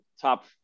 top